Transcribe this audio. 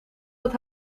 dat